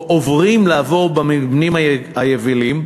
או עוברים לגור במבנים היבילים,